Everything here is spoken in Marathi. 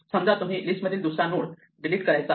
समजा तुम्हाला लिस्ट मधील दुसरा नोड डिलीट करायचा आहे